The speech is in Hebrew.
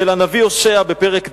של הנביא הושע בפרק ד':